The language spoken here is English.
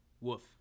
Woof